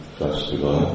festival